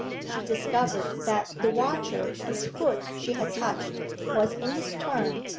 she discovered that the watcher whose foot she had touched was, in his turn,